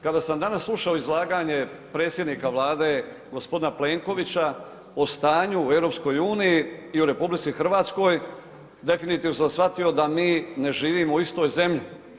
Kada sam danas slušao izlaganje predsjednika Vlade gospodina Plenkovića o stanju u EU i u RH, definitivno sam shvatio da mi ne živimo u istoj zemlji.